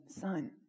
son